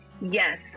Yes